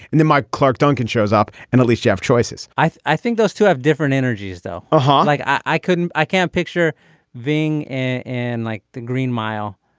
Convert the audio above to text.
and then mike clarke duncan shows up and at least you have choices i i think those two have different energies though a ha. like i couldn't i can't picture being and like the green mile.